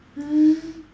um